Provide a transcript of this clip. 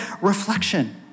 reflection